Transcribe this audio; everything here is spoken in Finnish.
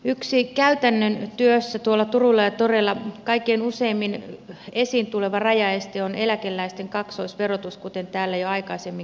yksi käytännön työssä tuolla turuilla ja toreilla kaikkein useimmin esiin tuleva rajaeste on eläkeläisten kaksoisverotus kuten täällä jo aikaisemmin kuultiin